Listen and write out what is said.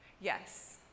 yes